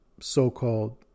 so-called